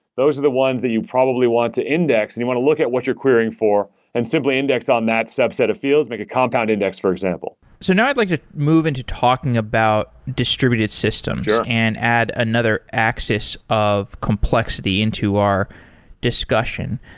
those are the ones that you probably want to index and you want to look at what you're querying for and simply index on that subset of fields. make a compound index, for example. so now i'd like to move into talking about distributed systems and add another axis of complexity into our discussion.